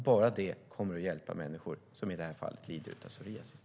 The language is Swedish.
Bara det kommer att hjälpa människor som i det här fallet lider av psoriasis.